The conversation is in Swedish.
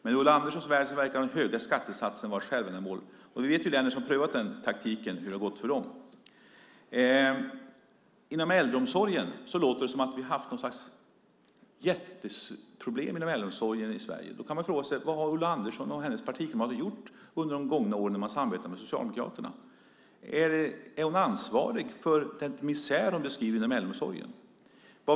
I Ulla Anderssons värld verkar dock den höga skattesatsen vara ett självändamål. Vi känner till länder som prövat den taktiken och vet hur det gått för dem. Det låter som om vi inom äldreomsorgen i Sverige haft något slags jätteproblem. Därför kan man fråga sig: Vad gjorde Ulla Andersson och hennes partikamrater under de gångna åren då de samarbetade med Socialdemokraterna? Är hon ansvarig för den misär som hon beskriver finns inom äldreomsorgen?